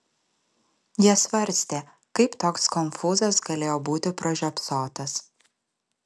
jie svarstė kaip toks konfūzas galėjo būti pražiopsotas